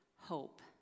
hope